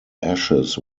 ashes